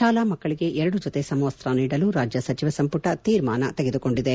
ಶಾಲಾ ಮಕ್ಕಳಿಗೆ ಎರಡು ಜೊತೆ ಸಮವಸ್ತ್ರ ನೀಡಲು ರಾಜ್ಯ ಸಚಿವ ಸಂಮಟ ತೀರ್ಮಾನ ತೆಗೆದುಕೊಂಡಿದೆ